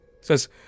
Says